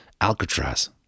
Alcatraz